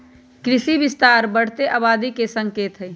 कृषि विस्तार बढ़ते आबादी के संकेत हई